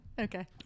Okay